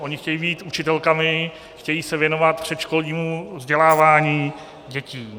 Ony chtějí být učitelkami, chtějí se věnovat předškolnímu vzdělávání dětí.